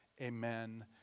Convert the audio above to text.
Amen